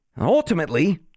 Ultimately